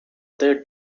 third